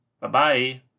Bye-bye